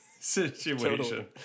situation